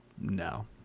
No